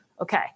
okay